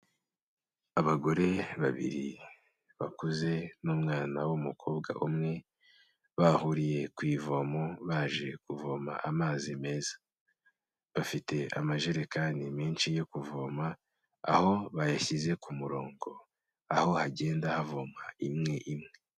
Abagore babiri bakuze n'umwana w'umukobwa umwe bahuriye ku ivomo baje kuvoma amazi meza, bafite amajerekani menshi yo kuvoma, aho bayashyize ku murongo, aho hagenda havomwa imwe imwe.